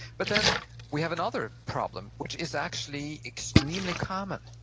but then we have another problem which is actually extremely common,